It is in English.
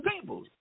people